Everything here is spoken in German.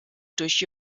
durch